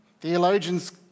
Theologians